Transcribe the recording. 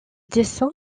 dessins